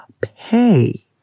pay